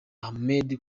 ahmed